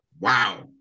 Wow